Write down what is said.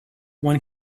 one